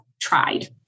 tried